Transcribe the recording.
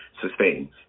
sustains